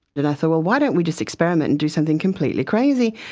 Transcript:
then i thought, well, why don't we just experiment and do something completely crazy,